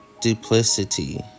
duplicity